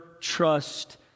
trust